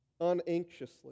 unanxiously